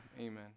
amen